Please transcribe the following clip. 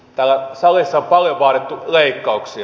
täällä salissa on paljon vaadittu leikkauksia